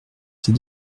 ces